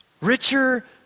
richer